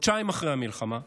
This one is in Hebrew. חודשיים אחרי המלחמה,